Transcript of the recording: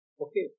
Okay